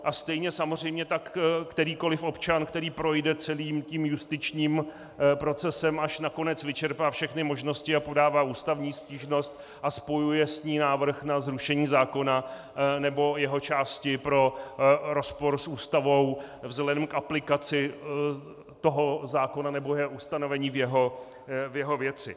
A stejně samozřejmě kterýkoliv občan, který projde celým tím justičním procesem, až nakonec vyčerpá všechny možnosti a podává ústavní stížnost a spojuje s ní návrh na zrušení zákona nebo jeho části pro rozpor s Ústavou vzhledem k aplikaci toho zákona nebo jeho ustanovení v jeho věci.